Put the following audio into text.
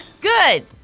Good